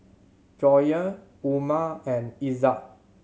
Joyah Umar and Izzat